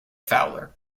fowler